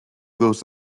goes